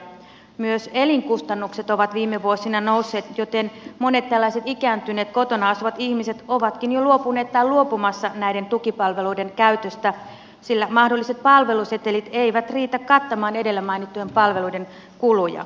myös elinkustannukset ovat viime vuosina nousseet joten monet tällaiset ikääntyneet kotona asuvat ihmiset ovatkin jo luopuneet tai luopumassa näiden tukipalveluiden käytöstä sillä mahdolliset palvelusetelit eivät riitä kattamaan edellä mainittujen palveluiden kuluja